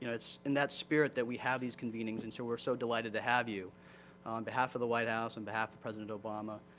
you know it's in that spirit that we have these convenings. and so we're so delighted to have you. on behalf of the white house and on behalf of president obama,